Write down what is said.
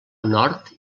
nord